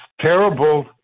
terrible